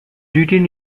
written